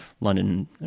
London